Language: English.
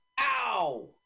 ow